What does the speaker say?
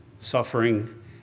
suffering